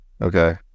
Okay